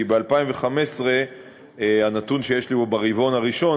כי ב-2015 הנתון שיש לי הוא שברבעון הראשון,